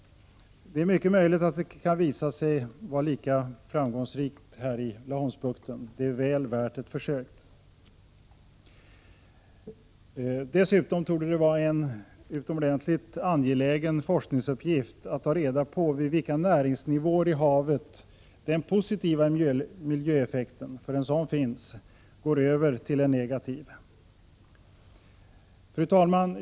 Det är mycket möjligt att det skulle visa sig lika framgångsrikt i Laholmsbukten. Det är väl värt ett försök. Dessutom torde det vara en utomordentligt angelägen forskningsuppgift att ta reda på vid vilka näringsnivåer i havet den positiva miljöeffekten — en sådan finns — går över till en negativ. Fru talman!